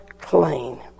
clean